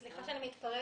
סליחה שאני מתפרצת,